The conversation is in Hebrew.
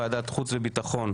ועדת חוץ וביטחון,